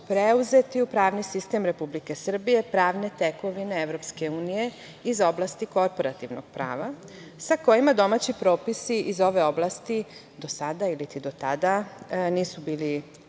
preuzeti u pravni sistem Republike Srbije pravne tekovine Evropske unije iz oblasti kooperativnog prava, sa kojima domaći propisi iz ove oblasti do sada ili do tada nisu bili